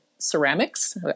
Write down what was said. Ceramics